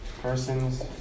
persons